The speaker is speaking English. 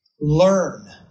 Learn